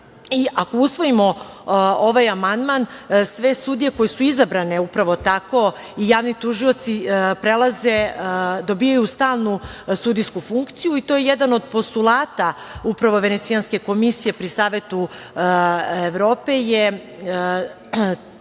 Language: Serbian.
usvojimo ovaj amandman, sve sudije koje su izabrane upravo tako i javni tužioci dobijaju stalnu sudijsku funkciju. To je jedan od postulata Venecijanske komisije pri Savetu Evrope,